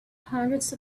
hundreds